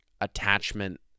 attachment